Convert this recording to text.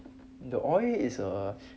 the oil is a